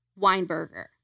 Weinberger